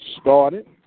started